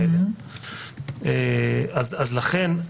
לכן,